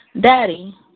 Daddy